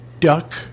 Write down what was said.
duck